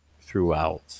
throughout